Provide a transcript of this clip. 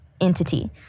entity